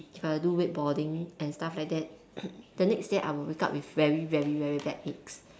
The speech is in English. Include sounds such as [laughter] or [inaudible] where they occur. if I do wakeboarding and stuff like that [coughs] the next day I will wake up with very very very bad aches